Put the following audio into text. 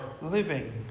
living